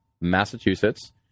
Massachusetts